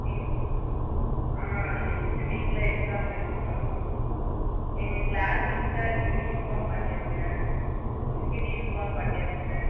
இ ஆ நெக்ஸ்ட்டு வீக்கில் எக்ஸாம் இருக்கும் எங்கள் கிளாஸ் இன்சார்ஜ்ஜுகிட்டையும் இன்ஃபார்ம் பண்ணிருந்தேன் உங்கள்கிட்டையும் இன்ஃபார்ம் பண்ணிருந்தேன்